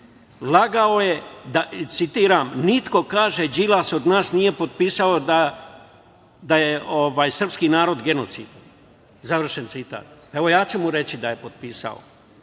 Lagao je, citiram: „Niko od nas nije potpisao da je srpski narod genocidan.“ Završen citat. Evo, ja ću mu reći da je potpisao.